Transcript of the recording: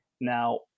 Now